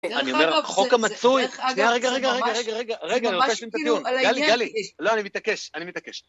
אני אומר, חוק המצוי... שנייה, רגע, רגע, רגע, רגע, רגע, רגע, רגע, אני רוצה לשים את הטיעון. גלי, גלי, לא, אני מתעקש, אני מתעקש.